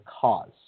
cause